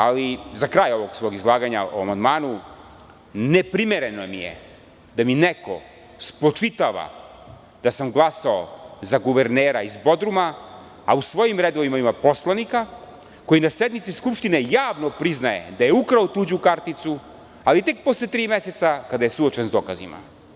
Ali, za kraj ovog svog izlaganja o amandmanu, neprimereno mi je da mi neko spočitava da sam glasao za guvernera iz Bodruma, a u svojim redovima ima poslanika koji na sednici Skupštine javno priznaje da je ukrao tuđu karticu, ali tek posle tri meseca, kada je suočen sa dokazima.